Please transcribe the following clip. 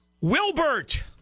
Wilbert